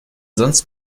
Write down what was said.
sonst